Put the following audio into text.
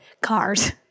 cars